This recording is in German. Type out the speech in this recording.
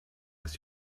ist